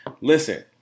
Listen